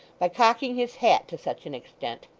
by cocking his hat, to such an extent!